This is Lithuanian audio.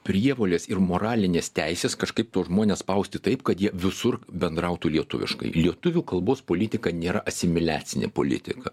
prievolės ir moralinės teisės kažkaip tuos žmones spausti taip kad jie visur bendrautų lietuviškai lietuvių kalbos politika nėra asimiliacinė politika